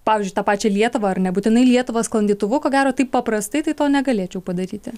pavyzdžiui tą pačią lietuvą ar nebūtinai lietuvą sklandytuvu ko gero taip paprastai tai to negalėčiau padaryti